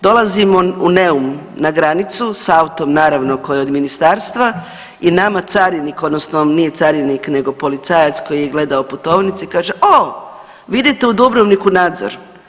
Dolazimo u Neum na granicu, s autom, naravno, koji je od ministarstva i nama carinik, odnosno, nije carinik nego policajac koji je gledao putovnice, kaže o, vi idete u Dubrovnik u nadzor.